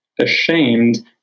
ashamed